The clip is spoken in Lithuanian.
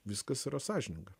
viskas yra sąžininga